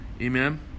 Amen